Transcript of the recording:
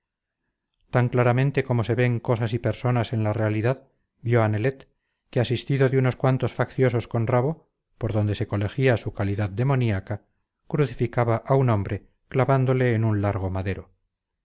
tan claramente como se ven cosas y personas en la realidad vio a nelet que asistido de unos cuantos facciosos con rabo por donde se colegía su calidad demoníaca crucificaba a un hombre clavándole en un largo madero